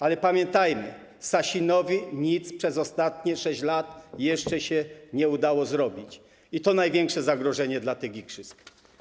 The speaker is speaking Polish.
Ale pamiętajmy - Sasinowi nic przez ostatnie 6 lat jeszcze się nie udało zrobić, i to jest największe zagrożenie dla tych igrzysk.